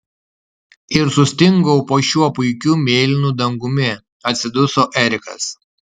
ir sustingau po šiuo puikiu mėlynu dangumi atsiduso erikas